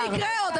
לא יקרה עוד.